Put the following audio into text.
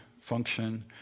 function